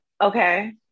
okay